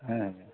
হয় নেকি